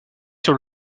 sur